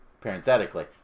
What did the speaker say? parenthetically